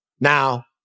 Now